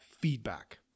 feedback